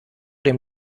dem